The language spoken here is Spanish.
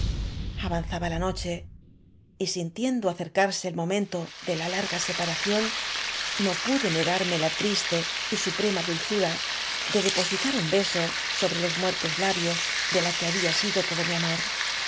avanzaba la noche y sintiendo acercarse el momento de la larga separación no pude ne garme la tristo y suprema dulzura de depositar un beso sobre los muertos labios de ia que habfa sido todo mi dmor